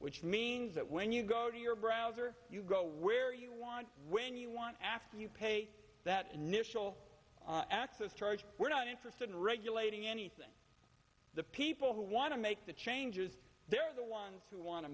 which means that when you go to your browser you go where you want when you want after you pay that initial access to large we're not interested in regulating anything the people who want to make the changes they're the ones who want to